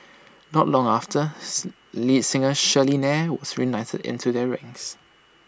not long after singer Shirley Nair was recruited into their ranks